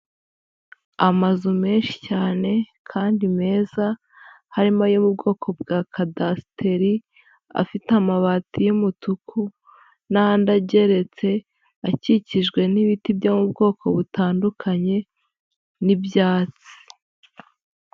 Amazu menshi cyane kandi meza harimo ayo mu bwoko bwa kadasiteri, afite amabati y'umutuku n'andi ageretse, akikijwe n'ibiti byo mu bwoko butandukanye n'ibyatsi.